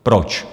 Proč?